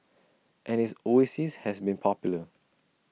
and his oasis has been popular